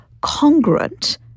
congruent